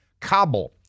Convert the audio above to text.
Kabul